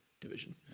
division